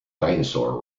dinosaur